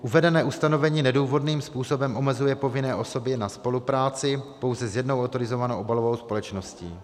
Uvedené ustanovení nedůvodným způsobem omezuje povinné osoby na spolupráci pouze s jednou autorizovanou obalovou společností.